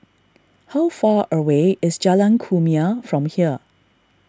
how far away is Jalan Kumia from here